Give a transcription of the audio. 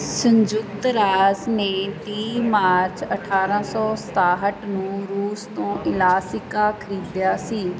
ਸੰਯੁਕਤ ਰਾਜ ਨੇ ਤੀਹ ਮਾਰਚ ਅਠਾਰ੍ਹਾਂ ਸੌ ਸਤਾਹਠ ਨੂੰ ਰੂਸ ਤੋਂ ਅਲਾਸਕਾ ਖ਼ਰੀਦਿਆ ਸੀ